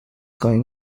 going